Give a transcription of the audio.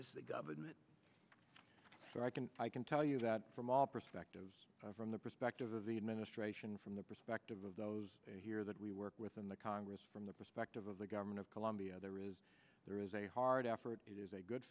is the government or i can i can tell you that from all perspectives from the perspective of the administration from the perspective of those here that we work with in the congress from the perspective of the government of colombia there is there is a hard effort it is a good